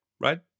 right